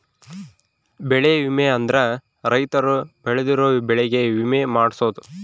ಬೆಳೆ ವಿಮೆ ಅಂದ್ರ ರೈತರು ಬೆಳ್ದಿರೋ ಬೆಳೆ ಗೆ ವಿಮೆ ಮಾಡ್ಸೊದು